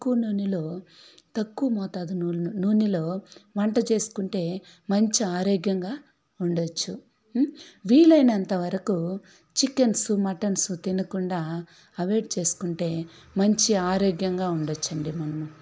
తక్కువ నూనెలో తక్కువ మోతాదు నూనె నూనెలో వంట చేసుకుంటే మంచి ఆరోగ్యంగా ఉండవచ్చు వీలైనంతవరకు చికెన్సు మటన్సు తినకుండా అవైడ్ చేసుకుంటే మంచి ఆరోగ్యంగా ఉండ వచ్చండి మనం